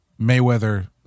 Mayweather